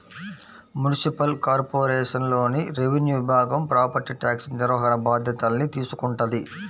municipal కార్పొరేషన్లోని revenue విభాగం property tax నిర్వహణ బాధ్యతల్ని తీసుకుంటది